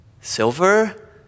Silver